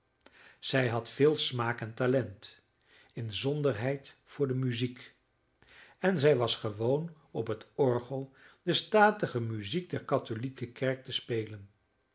zij had veel smaak en talent inzonderheid voor de muziek en zij was gewoon op het orgel de statige muziek der katholieke kerk te spelen